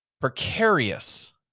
precarious